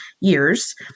years